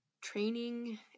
training